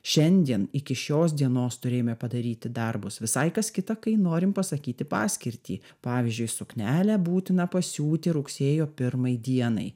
šiandien iki šios dienos turėjome padaryti darbus visai kas kita kai norim pasakyti paskirtį pavyzdžiui suknelę būtina pasiūti rugsėjo pirmai dienai